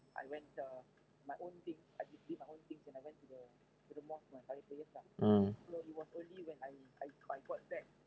mm